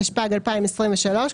התשפ"ג 2023,